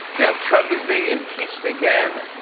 yep, trump is being impeached again.